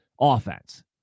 offense